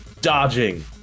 dodging